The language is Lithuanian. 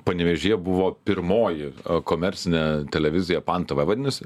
panevėžyje buvo pirmoji komercinė televizija pan tv vadinosi